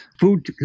food